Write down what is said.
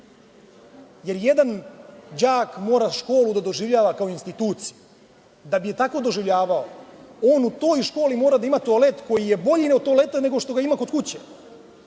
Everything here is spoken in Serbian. Jedan đak mora školu da doživljava kao instituciju. A da bi je tako doživljavao on u toj školi mora da ima toalet koji je bolji od toaleta koji ima kod kuće.